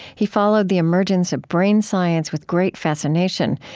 he followed the emergence of brain science with great fascination,